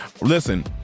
Listen